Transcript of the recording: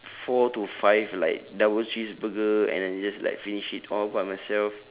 four to five like double cheeseburger and then just like finish it all by myself